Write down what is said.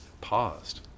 paused